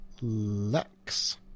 Lex